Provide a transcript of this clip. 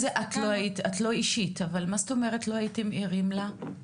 את לא אישית, אבל מה זאת אומרת לא הייתם ערים לה?